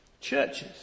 Churches